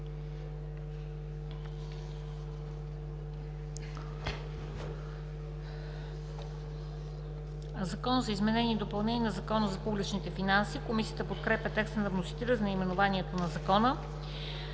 „Закон за изменение и допълнение на Закона за публичните финанси“. Комисията подкрепя текста на вносителя за наименованието на Закона.